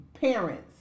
parents